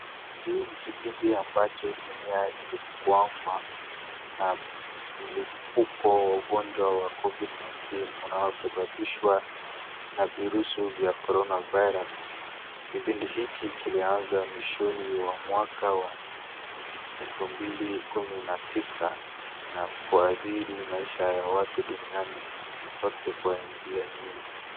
Hii ni kipindi ambacho dunia ilikuwanga na mlipuko wa ugonjwa wa Covid19 unayo sababishwa na virusi vya corona virus .Kipindi hiki kilianza mwishoni wa mwaka wa elfu mbili kumi na tisa na kuadhiri maisha ya watu duniani kote kwa njia mingi.